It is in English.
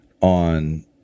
on